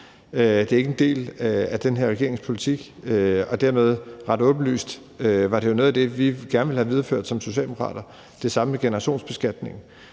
Det er ikke en del af den her regerings politik, men det er ret åbenlyst noget af det, vi gerne ville have videreført som Socialdemokrater; det samme gælder generationsbeskatningen.